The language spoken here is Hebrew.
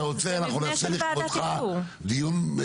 אתה רוצה, אנחנו נעשה לכבודך דיון.